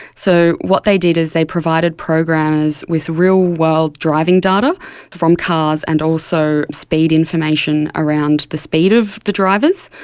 so what they did is they provided programmers with real-world driving data from cars and also speed information around the speed of the drivers.